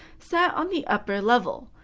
sat on the upper level.